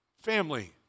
Family